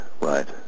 right